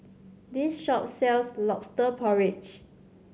this shop sells Lobster Porridge